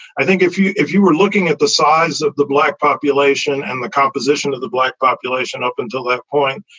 i think if you if you were looking at the size of the black population and the composition of the black population, up until that point,